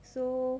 so